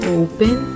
open